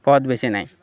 পথ বেছে নেয়